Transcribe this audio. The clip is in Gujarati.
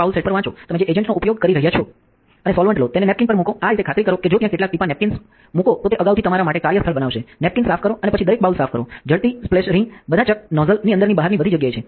જે બાઉલ સેટ પર વાંચો તમે જે એજન્ટનો ઉપયોગ કરી રહ્યાં છો અને સોલ્વંટ લો તેને નેપકિન પર મૂકો આ રીતે ખાતરી કરો કે જો ત્યાં કેટલાક ટીપાં નેપકિન્સ મૂકો તો તે અગાઉથી તમારા માટે કાર્યસ્થળ બનાવશે નેપકિન્સ સાફ કરો અને પછી દરેક બાઉલ સાફ કરો જડતી સ્પ્લેશ રિંગબધા ચક નોઝલની અંદરની બહારની બધી જગ્યાએ છે